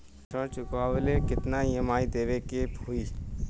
ऋण चुकावेला केतना ई.एम.आई देवेके होई?